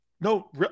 no